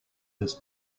this